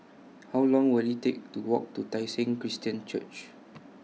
How Long Will IT Take to Walk to Tai Seng Christian Church